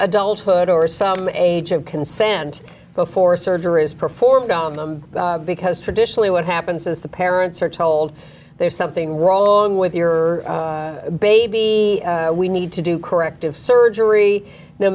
adulthood or some age of consent before surgery is performed on them because traditionally what happens is the parents are told there's something wrong with your baby we need to do corrective surgery no